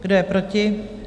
Kdo je proti?